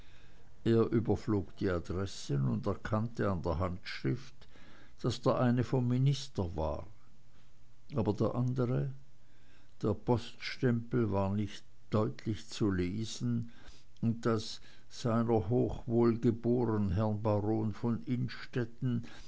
er überflog die adressen und erkannte an der handschrift daß der eine vom minister war aber der andere der poststempel war nicht deutlich zu lesen und das sr wohlgeboren herrn baron von